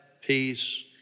peace